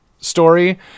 story